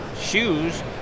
shoes